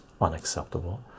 unacceptable